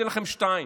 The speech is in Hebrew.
אתן לכם שתיים: